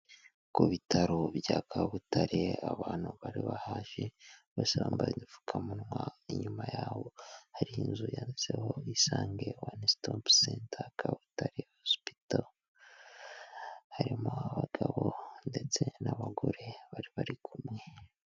Ku bitaro bya Kabutare abantu bari bahaje bose bambaye udupfukamunwa, inyuma y'aho hari inzu yandiseho isange wane sitopu senta Kabutare hosipito. Harimo abagabo ndetse n'abagore bari bari kumwe.